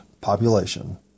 population